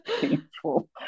painful